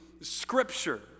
scripture